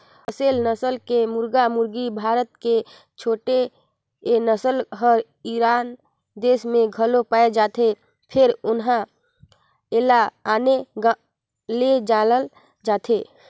असेल नसल के मुरगा मुरगी भारत के छोड़े ए नसल हर ईरान देस में घलो पाये जाथे फेर उन्हा एला आने नांव ले जानल जाथे